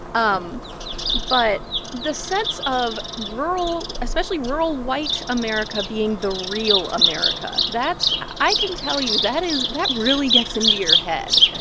um but the sense of rural especially rural white america being the real america, that i can tell you that is that really gets into your head.